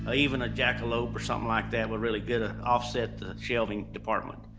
ah even a jackalope or something like that. we're really going to offset the shelving department.